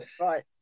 Right